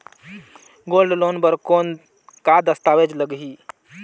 Gold loan बर कौन का दस्तावेज लगही?